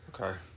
Okay